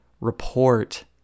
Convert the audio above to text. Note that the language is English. report